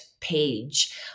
page